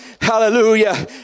Hallelujah